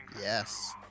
Yes